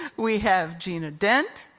we have gina dent